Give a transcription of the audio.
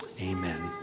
amen